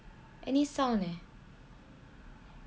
any sound eh